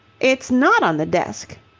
it's not on the desk.